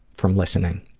from listening,